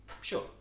sure